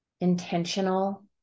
intentional